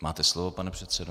Máte slovo, pane předsedo.